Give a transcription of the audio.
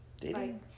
dating